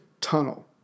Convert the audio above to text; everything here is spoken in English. tunnel